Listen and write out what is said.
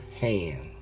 hand